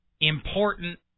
important